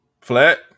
flat